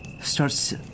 starts